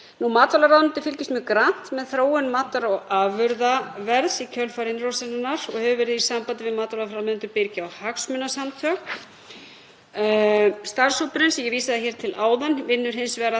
Starfshópurinn sem ég vísaði til áðan vinnur hins vegar að því að móta tillögur að viðbragðsáætlun eða skipulagi þar sem er skilgreint er hvað skuli teljast til neyðarbirgða og umfang og skyldu til nauðsynlegs birgðahalds og leiðir til að tryggja nauðsynlega birgðastöðu.